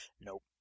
Nope